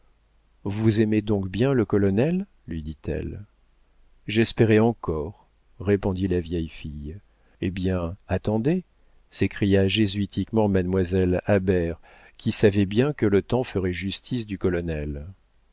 vous aimez donc bien le colonel lui dit-elle j'espérais encore répondit la vieille fille eh bien attendez s'écria jésuitiquement mademoiselle habert qui savait bien que le temps ferait justice du colonel